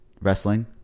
wrestling